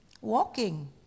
Walking